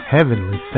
Heavenly